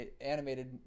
animated